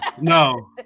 no